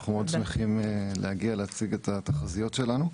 אנחנו מאוד שמחים להגיע להציג את התחזיות שלנו.